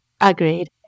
Agreed